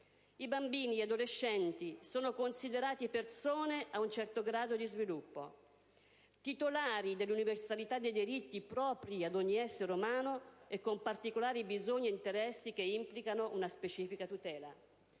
il bambino e l'adolescente sono considerati persone a un certo grado di sviluppo: titolari dell'universalità dei diritti propri di ogni essere umano e con particolari bisogni e interessi che implicano una specifica tutela.